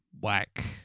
whack